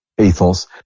ethos